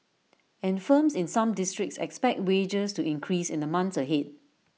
and firms in some districts expect wages to increase in the months ahead